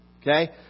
Okay